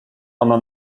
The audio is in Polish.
ono